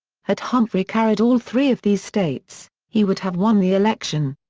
had humphrey carried all three of these states, he would have won the election.